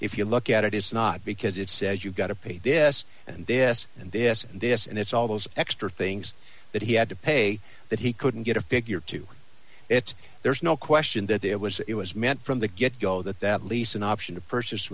if you look at it it's not because it says you've got to pay this and this and this and this and it's all those extra things that he had to pay that he couldn't get a figure to it's there's no question that it was it was meant from the get go that that lease an option to purchase